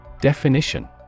Definition